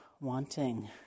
wanting